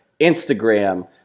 Instagram